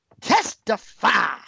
Testify